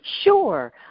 Sure